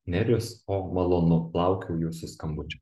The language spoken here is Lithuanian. nerijus o malonu laukiau jūsų skambučio